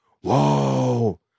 Whoa